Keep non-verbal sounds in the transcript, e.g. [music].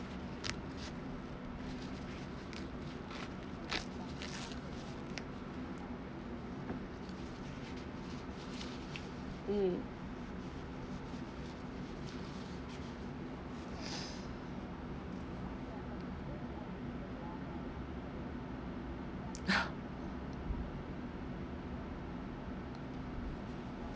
mm [breath]